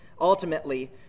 ultimately